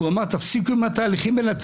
הוא אמר, תפסיקו עם התהליכים האלה.